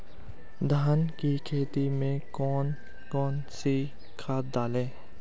धान की खेती में कौन कौन सी खाद डालें?